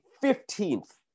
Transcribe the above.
fifteenth